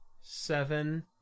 seven